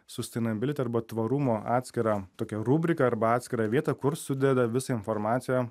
sustainability arba tvarumo atskirą tokią rubriką arba atskirą vietą kur sudeda visą informaciją